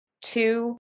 Two